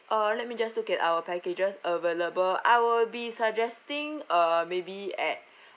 uh let me just look at our packages available I will be suggesting uh maybe at osaka